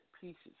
pieces